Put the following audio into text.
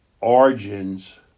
origins